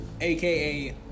AKA